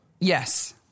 Yes